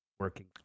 working